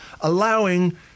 allowing